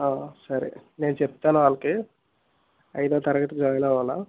సరే నేను చెప్తాను వాళ్ళకి ఐదో తరగతి జాయిన్ అవ్వాలా